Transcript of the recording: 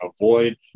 avoid